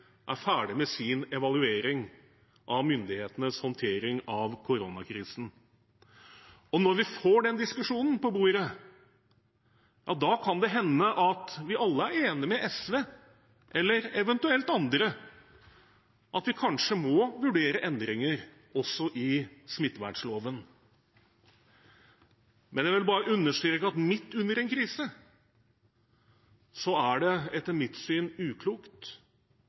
er ferdig med sin evaluering av myndighetenes håndtering av koronakrisen. Og når vi får den diskusjonen på bordet, kan det hende at vi alle er enige med SV – eller eventuelt andre – om at vi kanskje må vurdere endringer også i smittevernloven. Men jeg vil bare understreke at midt under en krise er det, etter mitt syn, uklokt